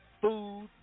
food